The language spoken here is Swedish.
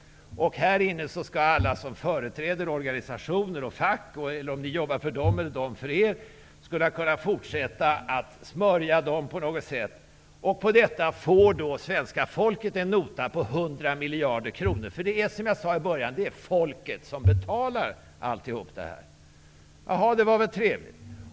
Här i riksdagen skall alla som företräder organisationer och fack -- vare sig ni jobbar för dem eller de för er -- kunna fortsätta att smörja dem på något sätt. För detta får svenska folket en nota på 100 miljarder kronor -- det är som jag sade i början folket som betalar allt det här.